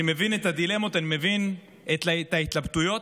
אני מבין את הדילמות, אני מבין את ההתלבטויות,